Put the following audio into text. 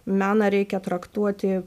meną reikia traktuoti